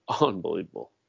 unbelievable